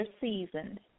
seasoned